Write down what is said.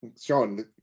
Sean